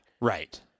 Right